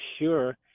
sure